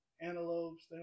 antelopes